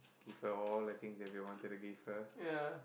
give her all the things you wanted to give her